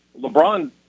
LeBron